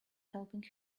helping